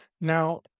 Now